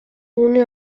une